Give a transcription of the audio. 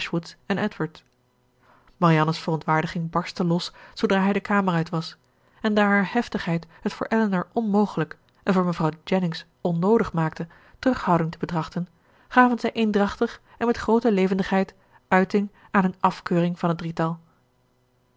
en edward marianne's verontwaardiging barstte los zoodra hij de kamer uit was en daar haar heftigheid het voor elinor onmogelijk en voor mevrouw jennings onnoodig maakte terughouding te betrachten gaven zij eendrachtig en met groote levendigheid uiting aan hun afkeuring van het drietal